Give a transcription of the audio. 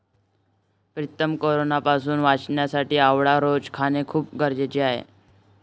प्रीतम कोरोनापासून वाचण्यासाठी आवळा रोज खाणे खूप गरजेचे आहे